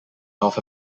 north